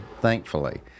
thankfully